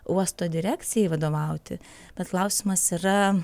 uosto direkcijai vadovauti bet klausimas yra